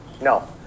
No